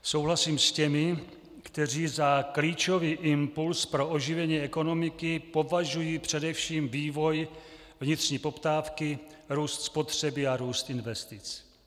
Souhlasím s těmi, kteří za klíčový impuls pro oživení ekonomiky považují především vývoj vnitřní poptávky, růst spotřeby a růst investic.